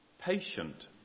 Patient